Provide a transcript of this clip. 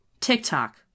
TikTok